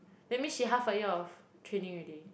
that mean she half a year of training already